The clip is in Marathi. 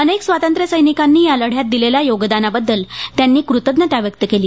अनेक स्वातंत्र्यसैनिकांनी या लढ़्यात दिलेल्या योगदानाबद्दल त्यांनी कृतज्ञता व्यक्त केली